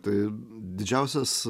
tai didžiausias